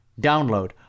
Download